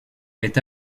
est